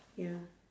ya